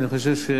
אדוני, אני חושב,